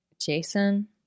Jason